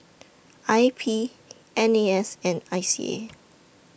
I P N A S and I C A